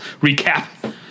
recap